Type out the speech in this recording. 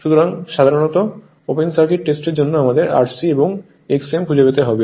সুতরাং সাধারণত open circuit টেস্টের জন্য আমাদের R c এবং X m খুঁজে পেতে হবে